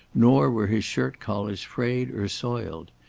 nor were his shirt-collars frayed or soiled.